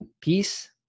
Peace